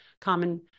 common